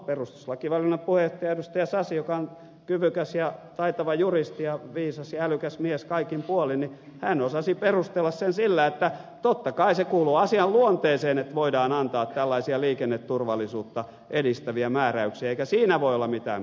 sasi joka on kyvykäs ja taitava juristi ja viisas ja älykäs mies kaikin puolin osasi perustella sen sillä että totta kai se kuuluu asian luonteeseen että voidaan antaa tällaisia liikenneturvallisuutta edistäviä määräyksiä eikä siinä voi olla mitään perustuslain vastaista